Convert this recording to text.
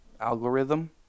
Algorithm